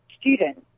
students